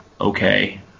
okay